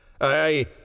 I